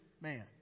man